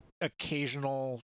occasional